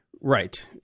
Right